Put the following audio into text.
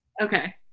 okay